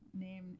Name